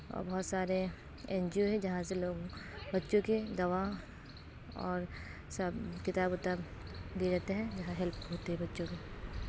اور بہت سارے این جی او ہے جہاں سے لوگ بچوں کے دوا اور سب کتاب وتاب دیے جاتے ہیں جہاں ہیلپ ہوتی ہے بچوں کی